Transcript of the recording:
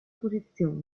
posizione